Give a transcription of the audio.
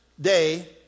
day